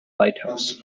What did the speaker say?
lighthouse